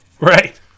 Right